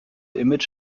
image